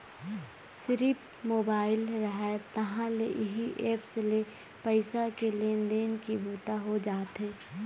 सिरिफ मोबाईल रहय तहाँ ले इही ऐप्स ले पइसा के लेन देन के बूता हो जाथे